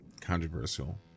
controversial